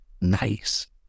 Nice